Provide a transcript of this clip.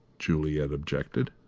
juliet objected.